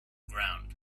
ground